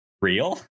Real